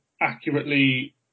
accurately